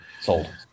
Sold